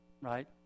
right